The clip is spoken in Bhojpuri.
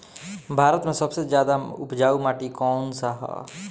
भारत मे सबसे ज्यादा उपजाऊ माटी कउन सा ह?